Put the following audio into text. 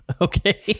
okay